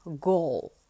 goal